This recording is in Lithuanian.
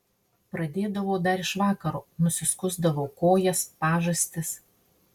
pradėdavau dar iš vakaro nusiskusdavau kojas pažastis